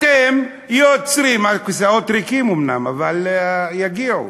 אתם יוצרים, הכיסאות ריקים אומנם, אבל יגיעו,